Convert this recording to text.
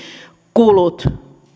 kulut